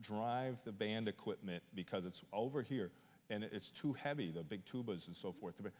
drive the band equipment because it's over here and it's too heavy the big tubas and so forth about